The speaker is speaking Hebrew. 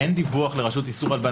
אין דיווח לרשות לאיסור הלבנת הון.